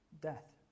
death